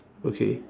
okay